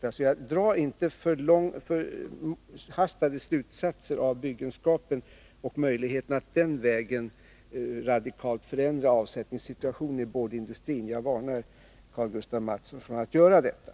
Så dra inte förhastade slutsatser av byggenskapen och möjligheterna att den vägen radikalt förändra avsättningssituationen i boardindustrin. Jag varnar Karl Nr 143 Gustaf Mathsson för att göra detta.